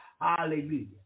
Hallelujah